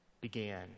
began